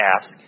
Ask